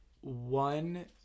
One